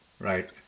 right